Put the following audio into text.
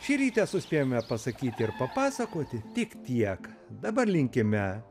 šįryt suspėjome pasakyti ir papasakoti tik tiek dabar linkime